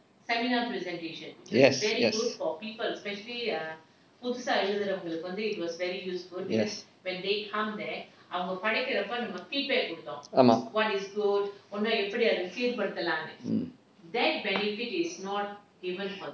yes yes yes ஆமாம்:aamaam mm